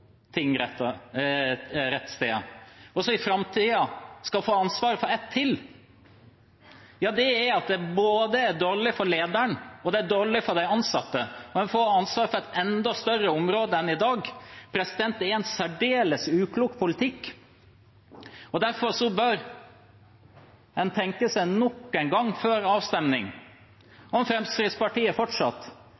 i framtiden skal få ansvar for ett til, er at det både er dårlig for lederen og dårlig for de ansatte. En får ansvar for et enda større område enn i dag. Det er en særdeles uklok politikk. Derfor bør en tenke seg om nok en gang før avstemning